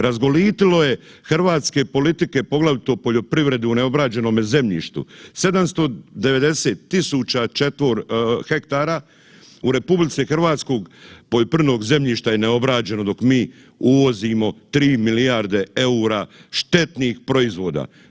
Razgolitilo je hrvatske politike poglavito poljoprivredu u neobrađenome zemljištu, 790.000 hektara u RH poljoprivrednog zemljišta je neobrađeno dok mi uvozimo 3 milijarde EUR-a štetnih proizvoda.